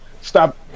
stop